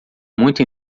muito